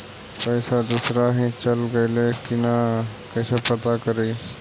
पैसा दुसरा ही चल गेलै की न कैसे पता करि?